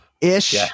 Ish